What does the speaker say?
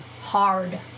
hard